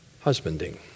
husbanding